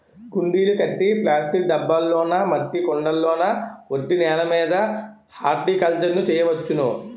కుండీలు కట్టి ప్లాస్టిక్ డబ్బాల్లోనా మట్టి కొండల్లోన ఒట్టి నేలమీద హార్టికల్చర్ ను చెయ్యొచ్చును